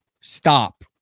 stop